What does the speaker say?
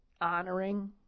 honoring